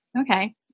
Okay